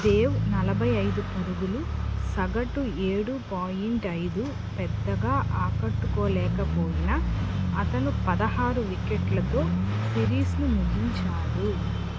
దేవ్ నలభై ఐదు పరుగులు సగటు ఏడు పాయింట్ ఐదు పెద్దగా ఆకట్టుకోలేకపోయినా అతను పదహారు వికెట్లతో సిరీస్ను ముగించాడు